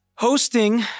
Hosting